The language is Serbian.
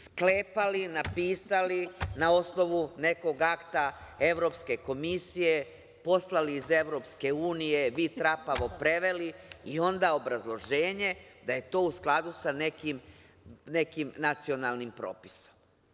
Sklepali, napisali, na osnovu nekog akta Evropske komisije, poslali iz EU, vi trapavo preveli i onda obrazloženje da je to u skladu sa nekim nacionalnim propisom.